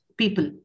people